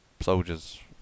soldiers